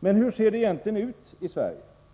Men hur ser det egentligen ut i Sverige?